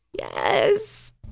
yes